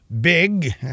big